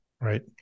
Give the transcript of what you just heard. Right